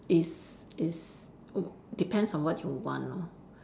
is is err depends on what you want lor